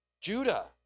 Judah